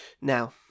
Now